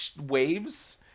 waves